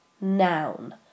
noun